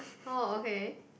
oh okay